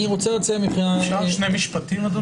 אפשר שני משפטים, אדוני?